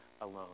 alone